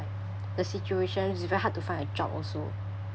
the situation is very hard to find a job also